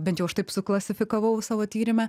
bent jau aš taip suklasifikavau savo tyrime